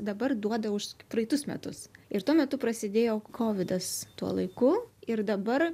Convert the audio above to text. dabar duoda už praeitus metus ir tuo metu prasidėjo kovidas tuo laiku ir dabar